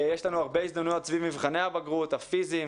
יש לנו הרבה הזדמנויות סביב מבחני הבגרות הפיזיים,